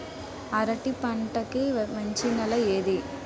అరటి పంట కి మంచి నెల ఏది?